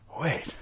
Wait